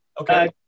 okay